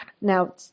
now